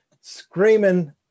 screaming